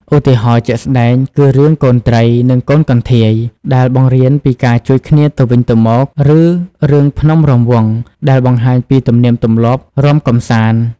ឧទាហរណ៍ជាក់ស្ដែងគឺ រឿង កូនត្រី និងកូនកន្ធាយ ដែលបង្រៀនពីការជួយគ្នាទៅវិញទៅមក ឬរឿង ភ្នំរាំវង់ ដែលបង្ហាញពីទំនៀមទម្លាប់រាំកម្សាន្ត។